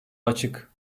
açık